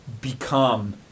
become